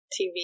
TV